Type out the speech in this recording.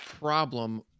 Problem